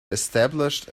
establish